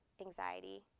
anxiety